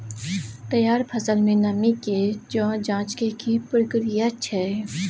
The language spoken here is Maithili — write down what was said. तैयार फसल में नमी के ज जॉंच के की प्रक्रिया छै?